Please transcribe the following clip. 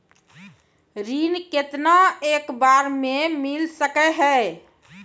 ऋण केतना एक बार मैं मिल सके हेय?